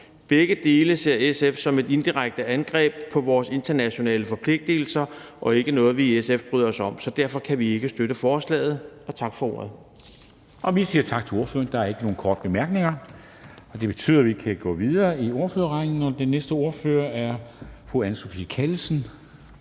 Begge dele ser SF som et indirekte angreb på vores internationale forpligtigelser og er ikke noget, som vi i SF bryder os om. Så derfor kan vi ikke støtte forslaget. Tak for ordet.